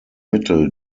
mittel